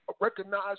recognize